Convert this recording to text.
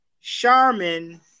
Charmin